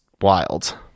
wild